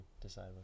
decide